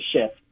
shift